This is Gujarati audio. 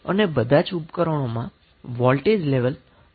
અને બધા જ ઉપકરણોમાં વોલ્ટેજ લેવલ લગભગ સમાન હોય છે